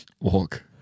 walk